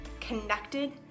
connected